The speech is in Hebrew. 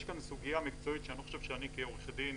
יש כאן סוגיה מקצועית שאני לא חושב שאני כעורך דין,